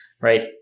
right